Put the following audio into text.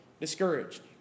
discouraged